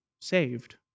saved